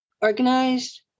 organized